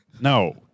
No